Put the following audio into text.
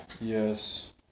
Yes